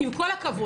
עם כל הכבוד,